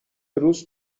روز